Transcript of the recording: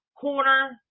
corner